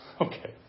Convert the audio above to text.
Okay